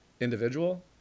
individual